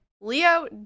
Leo